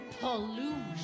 pollution